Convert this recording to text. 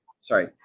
sorry